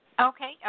Okay